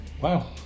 wow